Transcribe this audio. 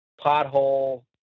pothole